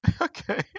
Okay